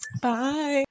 bye